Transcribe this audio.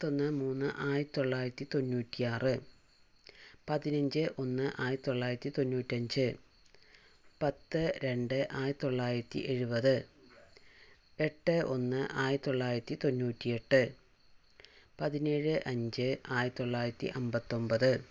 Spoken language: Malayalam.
മുപ്പത്തൊന്ന് മൂന്ന് ആയിരത്തിത്തൊള്ളായിരത്തിതൊണ്ണൂറ്റിയാറ് പതിനഞ്ച് ഒന്ന് ആയിരത്തിത്തൊള്ളായിരത്തിതൊണ്ണൂറ്റഞ്ച് പത്ത് രണ്ട് ആയിരത്തിത്തൊള്ളായിരത്തി എഴുപത് എട്ട് ഒന്ന് ആയിരത്തിത്തൊള്ളായിരത്തിതൊണ്ണൂറ്റിയെട്ട് പതിനേഴ് അഞ്ച് ആയിരത്തിത്തൊള്ളായിരത്തി അമ്പത്തൊമ്പത്